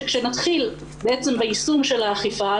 שכאשר נתחיל בעצם ביישום של האכיפה,